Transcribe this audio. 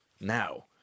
Now